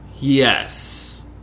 Yes